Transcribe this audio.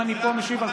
תן לו להשיב.